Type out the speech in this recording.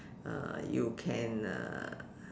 uh you can uh